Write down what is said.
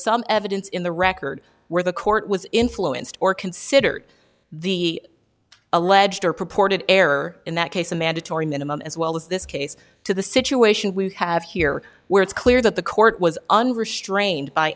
some evidence in the record where the court was influenced or considered the alleged or proport of error in that case a mandatory minimum as well as this case to the situation we have here where it's clear that the court was unrestrained by